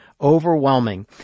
overwhelming